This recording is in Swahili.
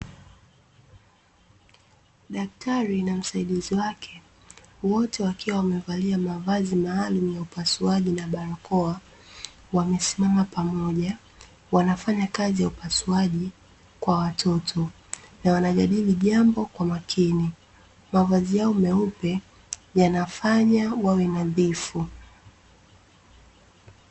Daktari na msaidizi wake, wote wakiwa wamevalia mavazi maalumu ya upasuaji na barakoa, wamesimama pamoja, wanafanya kazi ya upasuaji kwa watoto na wanajadili jambo kwa makini. Mavazi yao meupe yanafanya wawe nadhifu.